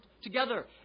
together